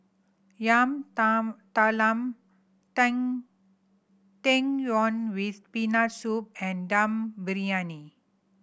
yam talam tang yuen with Peanut Soup and Dum Briyani